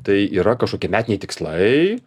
tai yra kažkokie metiniai tikslai